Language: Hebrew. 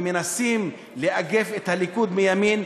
ומנסים לאגף את הליכוד מימין,